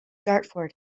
dartford